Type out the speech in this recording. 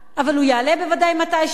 אבל הוא יעלה בוודאי מתישהו.